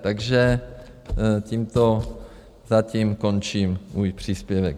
Takže tímto zatím končím svůj příspěvek.